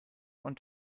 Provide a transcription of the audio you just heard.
und